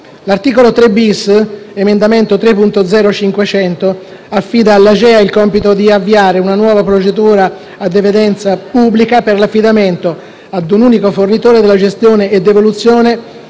L'articolo 3-*bis* (emendamento 3.0.500) affida all'AGEA il compito di avviare una nuova procedura ad evidenza pubblica per l'affidamento, a un unico fornitore, della gestione ed evoluzione